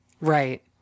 right